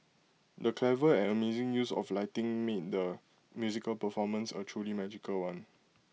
the clever and amazing use of lighting made the musical performance A truly magical one